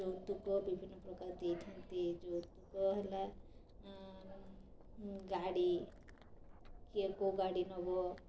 ଯୌତୁକ ବିଭିନ୍ନ ପ୍ରକାର ଦେଇଥାଆନ୍ତି ଯୌତୁକ ହେଲା ଗାଡ଼ି କିଏ କେଉଁ ଗାଡ଼ି ନବ